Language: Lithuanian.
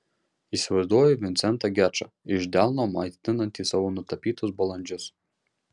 įsivaizduoju vincentą gečą iš delno maitinantį savo nutapytus balandžius